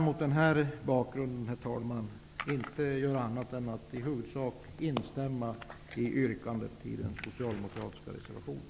Mot den här bakgrunden kan jag inte göra annat än att i huvudsak instämma i yrkandet i den socialdemokratiska reservationen.